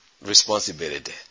responsibility